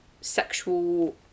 sexual